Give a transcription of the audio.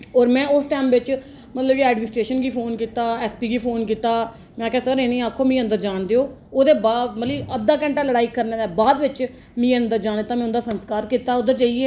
होर में उस टैम बिच्च मतलब कि एडमिनिस्ट्रेशन गी फोन कीता एसपी गी फोन कीता में आखेआ सर इनेंगी आक्खो मिगी अंदर जान देओ ओह्दे बाद मतलबी अद्धा घैंटा लड़ाई करने दे बाद बिच्च मिगी अंदर जान दित्ता में उं'दा संस्कार कीता उद्धर जाइयै